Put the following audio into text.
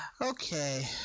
Okay